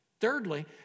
Thirdly